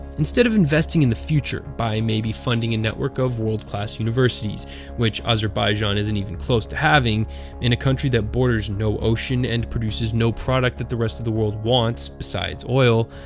instead of investing in the future by maybe funding a network of world class universities which azerbaijan isn't even close to having in a country that borders no ocean and produces no product that the rest of the world wants, besides oil,